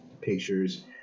pictures